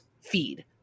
feed